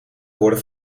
worden